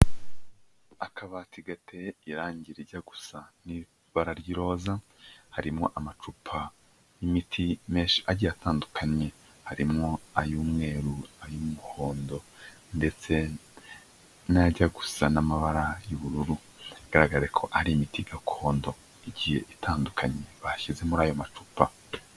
Akabati gateye irangi rijya gusa n'ibara ry'iroza, harimo amacupa y'imiti agiye atandukanye, harimo ay'umweru, ay'umuhondo ndetse n'ajya gusa n'amabara y'ubururu, bigaragarare ko ari imiti gakondo igiye itandukanye bashyize muri ayo macupa.